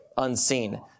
Unseen